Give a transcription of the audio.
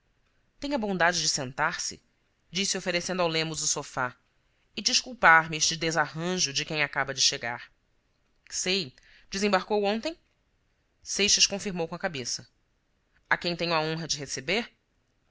tenha a bondade de sentar-se disse oferecendo ao lemos o sofá e desculpar me este desarranjo de quem acaba de chegar sei desembarcou ontem seixas confirmou com a cabeça a quem tenho a honra de receber